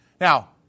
Now